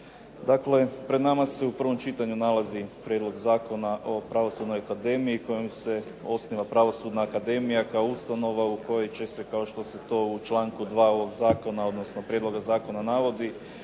Dakle, pred nama se u prvom čitanju nalazi Prijedlog zakona o pravosudnoj akademiji kojim se osniva Pravosudna akademija kao ustanova u kojoj će se kao što se to u članku 2. ovog zakona, odnosno prijedloga zakona navodi